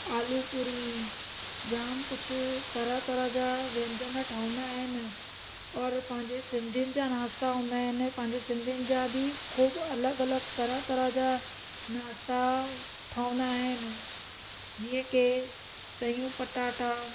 आलू पूरी जामु कुझु तरह तरह जा व्यंजन ठहंदा आहिनि और पंहिंजे सिंधीयुनि जा नाश्ता हूंदा आहिनि पंहिंजे सिंधियुनि जा बि ख़ूबु अलॻि अलॻि तरह तरह जा नाश्ता ठहंदा आहिनि जीअं की सयूं पटाटा